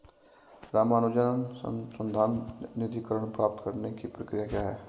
रामानुजन अनुसंधान निधीकरण प्राप्त करने की प्रक्रिया क्या है?